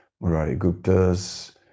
Murari-guptas